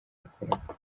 yakoraga